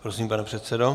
Prosím, pane předsedo.